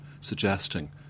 suggesting